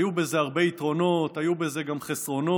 היו בזה הרבה יתרונות, היו בזה גם חסרונות.